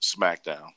Smackdown